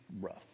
rough